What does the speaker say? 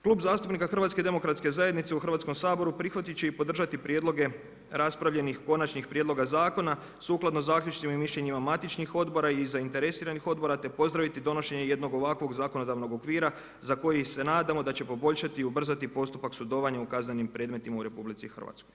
Klub zastupnika HDZ-a u Hrvatskom saboru, prihvatit će i podržati prijedloge raspravljenih konačnih prijedloga zakona sukladno zaključcima i mišljenja matičnih odbora i zainteresiranih odbora te pozdraviti donošenje jednog ovakvog zakonodavnog okvira za koji se nadamo da će poboljšati i ubrzati postupak sudovanja u kaznenim predmetima u RH.